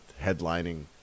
headlining